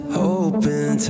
hoping